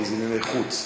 כי זה ענייני חוץ,